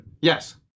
Yes